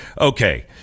Okay